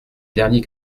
dernier